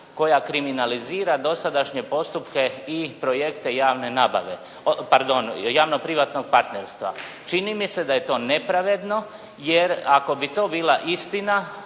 koja kriminalizira dosadašnje postupke i projekte javne nabave, pardon javno privatnog partnerstva. Čini mi se da je to nepravedno jer ako bi to bila istina